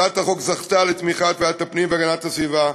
הצעת החוק זכתה לתמיכת ועדת הפנים והגנת הסביבה,